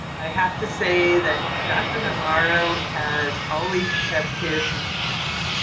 i have to say that dr. navarro has always kept kids in the forefront.